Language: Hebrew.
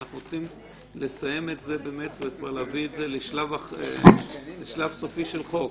אנחנו רוצים לסיים את זה ולהביא את זה לשלב סופי של חוק.